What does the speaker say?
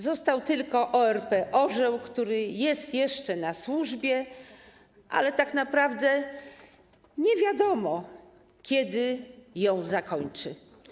Został tylko ORP ˝Orzeł˝, który jest jeszcze na służbie, ale tak naprawdę nie wiadomo, kiedy ją zakończy.